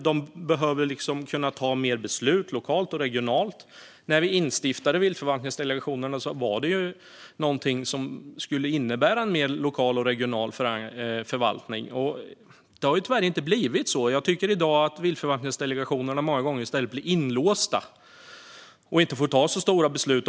De behöver kunna ta mer beslut lokalt och regionalt. Vi instiftade viltförvaltningsdelegationerna för att de skulle innebära en mer lokal och regional förvaltning, men det har tyvärr inte blivit så. Jag tycker att viltförvaltningsdelegationerna många gånger i stället blir inlåsta och inte får ta så stora beslut.